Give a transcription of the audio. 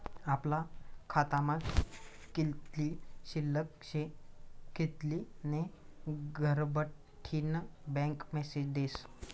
आपला खातामा कित्ली शिल्लक शे कित्ली नै घरबठीन बँक मेसेज देस